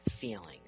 feelings